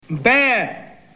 bad